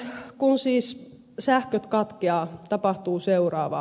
kun siis sähköt katkeavat tapahtuu seuraavaa